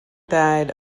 died